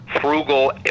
frugal